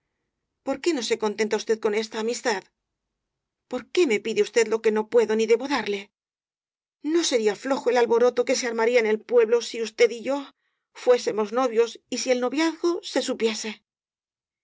por qué no se contenta usted con esta amistad por qué me pide usted lo que no puedo ni debo darle no sería flojo el alboroto que se armaría en el pueblo si usted y yo fuésemos novios y si el no viazgo se supiese